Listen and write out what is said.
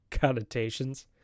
connotations